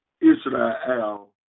Israel